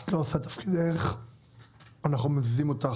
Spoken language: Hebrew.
לא עושה את תפקידה ומזיזים אותה